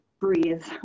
breathe